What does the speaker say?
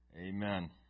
amen